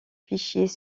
fichiers